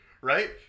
right